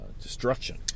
destruction